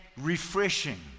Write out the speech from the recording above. refreshing